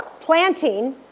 planting